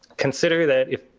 consider that if